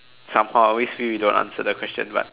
somehow I always feel you don't answer the question but